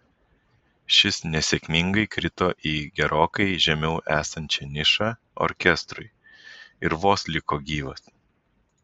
šis nesėkmingai krito į gerokai žemiau esančią nišą orkestrui ir vos liko gyvas